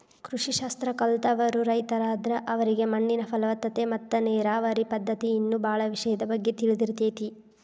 ಕೃಷಿ ಶಾಸ್ತ್ರ ಕಲ್ತವ್ರು ರೈತರಾದ್ರ ಅವರಿಗೆ ಮಣ್ಣಿನ ಫಲವತ್ತತೆ ಮತ್ತ ನೇರಾವರಿ ಪದ್ಧತಿ ಇನ್ನೂ ಬಾಳ ವಿಷಯದ ಬಗ್ಗೆ ತಿಳದಿರ್ತೇತಿ